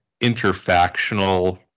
interfactional